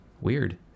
weird